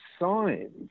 signs